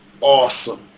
awesome